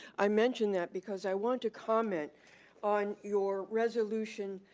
i mention that because i want to comment on your resolution,